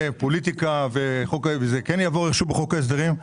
יש פוליטיקה וזה כן יעבור בחוק ההסדרים,